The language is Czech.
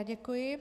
Děkuji.